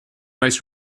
most